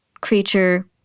creature